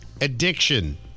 addiction